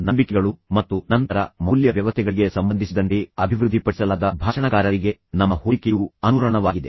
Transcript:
ನಮ್ಮ ನಂಬಿಕೆಗಳು ಮತ್ತು ನಂತರ ಮೌಲ್ಯ ವ್ಯವಸ್ಥೆಗಳಿಗೆ ಸಂಬಂಧಿಸಿದಂತೆ ಅಭಿವೃದ್ಧಿಪಡಿಸಲಾದ ಭಾಷಣಕಾರರಿಗೆ ನಮ್ಮ ಹೋಲಿಕೆಯು ಅನುರಣನವಾಗಿದೆ